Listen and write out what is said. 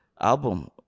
album